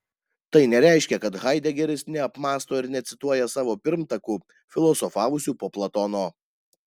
tai nereiškia kad haidegeris neapmąsto ir necituoja savo pirmtakų filosofavusių po platono